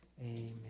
Amen